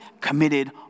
committed